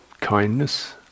kindness